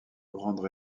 grandes